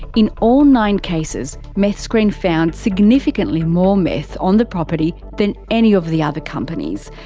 in all nine cases, meth screen found significantly more meth on the property than any of the other companies.